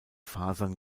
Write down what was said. fasern